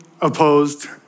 opposed